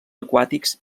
aquàtics